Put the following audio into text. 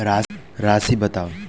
राशि बताउ